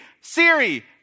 Siri